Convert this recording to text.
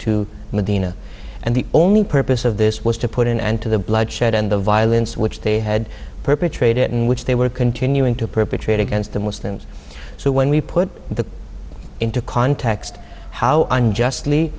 to medina and the only purpose of this was to put an end to the bloodshed and the violence which they had perpetrated in which they were continuing to perpetrate against the muslims so when we put that into context how unjustly